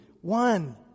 one